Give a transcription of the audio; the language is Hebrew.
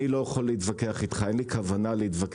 אני לא יכול להתווכח איתך, אין לי כוונה להתווכח.